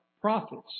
prophets